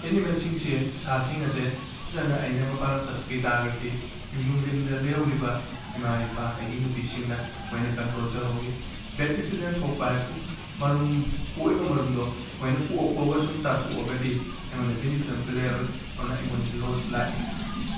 ꯑꯦꯅꯤꯃꯦꯜꯁꯤꯡꯁꯦ ꯁꯥꯁꯤꯡ ꯑꯁꯦ ꯐꯖꯅ ꯑꯩꯅ ꯃꯄꯥꯟ ꯂꯝ ꯆꯠꯊꯣꯛꯈꯤ ꯇꯥꯔꯒꯗꯤ ꯌꯨꯝ ꯌꯨꯝꯗ ꯂꯩꯍꯧꯔꯤꯕ ꯏꯃꯥ ꯏꯄꯥ ꯑꯩꯒꯤ ꯅꯨꯄꯤꯁꯤꯡꯗ ꯃꯣꯏꯅ ꯀꯟꯇ꯭ꯔꯣꯜ ꯇꯧꯍꯧꯏ ꯕꯦꯗ ꯏꯟꯁꯤꯗꯦꯟ ꯊꯣꯛꯄ ꯍꯥꯏꯕꯨ ꯃꯔꯨꯝ ꯀꯣꯛꯂꯤꯕ ꯃꯔꯨꯝꯗꯣ ꯃꯣꯏꯅ ꯀꯣꯛꯑ ꯀꯣꯛꯑꯒ ꯁꯨꯝ ꯆꯥꯊꯣꯛꯑꯒꯗꯤ ꯑꯩꯉꯣꯟꯗ ꯕꯦꯅꯤꯐꯤꯠ ꯑꯃꯠꯇ ꯂꯩꯔꯔꯣꯏ ꯑꯗꯨꯅ ꯑꯩꯉꯣꯟꯗ ꯂꯣꯁ ꯂꯥꯛꯏ